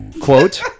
Quote